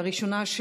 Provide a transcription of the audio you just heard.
הראשונה,